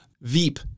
Veep